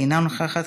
אינה נוכחת.